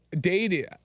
dated –